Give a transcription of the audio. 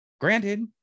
Granted